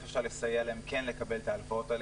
אפשר לסייע להם כן לקבל את ההלוואות האלה,